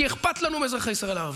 כי אכפת לנו מאזרחי ישראל הערבים,